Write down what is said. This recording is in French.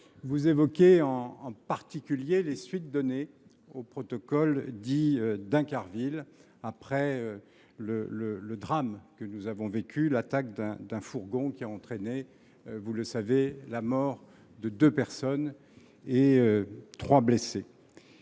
Vous évoquez en particulier les suites données au protocole dit d’Incarville, après le drame que nous avons vécu : l’attaque d’un fourgon qui, vous l’avez rappelé, a entraîné la mort de deux personnes et fait trois blessés.